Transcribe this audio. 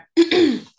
Okay